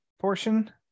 portion